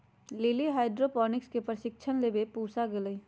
lily hydroponics के प्रशिक्षण लेवे पूसा गईलय